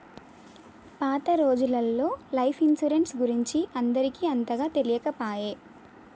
పాత రోజులల్లో life insurance గురించి అందరికి అంతగా తెలియకపాయె